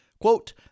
Quote